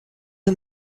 him